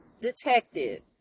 Detective